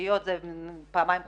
הפגיות פעמיים חוטפות,